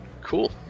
Cool